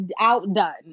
outdone